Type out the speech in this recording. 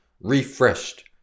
refreshed